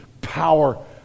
power